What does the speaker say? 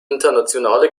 internationale